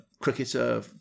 cricketer